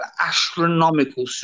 astronomical